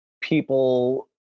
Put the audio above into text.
people